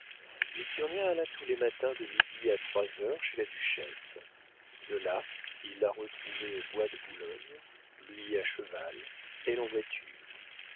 victurnien alla tous les matins de midi à trois heures chez la duchesse de là il la retrouvait au bois de boulogne lui à cheval elle en voiture